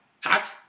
hot